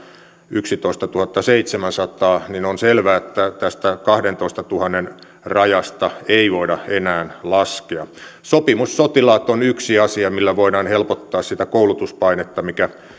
yksitoistatuhattaseitsemänsataa niin on selvää että tästä kahdentoistatuhannen rajasta ei voida enää laskea sopimussotilaat on yksi asia millä voidaan helpottaa sitä koulutuspainetta mikä